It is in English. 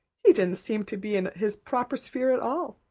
he didn't seem to be in his proper sphere at all.